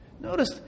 Notice